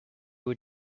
were